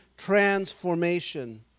transformation